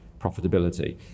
profitability